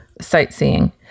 sightseeing